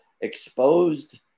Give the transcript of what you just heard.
exposed